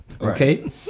Okay